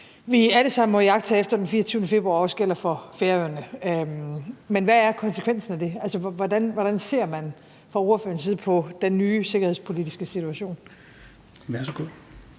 vi alle sammen kan iagttage efter den 24. februar, også gælder for Færøerne. Men hvad er konsekvensen af det? Hvordan ser man fra ordførerens side på den nye sikkerhedspolitiske situation?